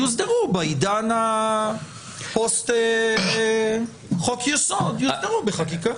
בעידן פוסט יסוד יוסדרו בחקיקה.